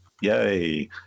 yay